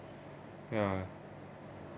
ya